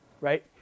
right